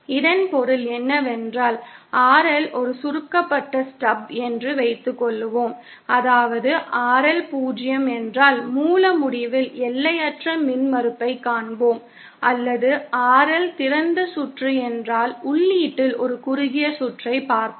இதன் பொருள் என்னவென்றால் RL ஒரு சுருக்கப்பட்ட ஸ்டப் என்று வைத்துக்கொள்வோம் அதாவது RL 0 என்றால் மூல முடிவில் எல்லையற்ற மின்மறுப்பைக் காண்போம் அல்லது RL திறந்த சுற்று என்றால் உள்ளீட்டில் ஒரு குறுகிய சுற்றை பார்ப்போம்